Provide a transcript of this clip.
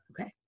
Okay